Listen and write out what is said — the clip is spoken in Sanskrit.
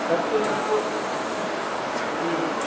तत्तु तत्तु ह्म्